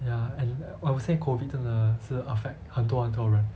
ya and I would say COVID 真的是 affect 很多很多人